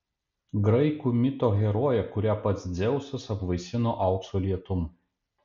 graikų mito herojė kurią pats dzeusas apvaisino aukso lietum